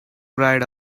ride